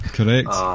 Correct